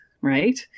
right